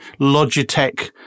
Logitech